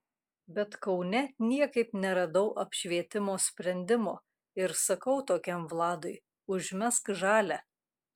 bet kaune niekaip neradau apšvietimo sprendimo ir sakau tokiam vladui užmesk žalią